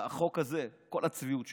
כל הצביעות שלכם.